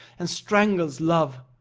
and strangles love.